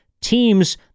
teams